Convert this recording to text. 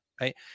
right